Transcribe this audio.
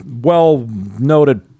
well-noted